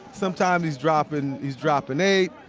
sometimes he's dropping he's dropping eight,